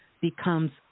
becomes